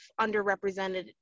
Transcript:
underrepresented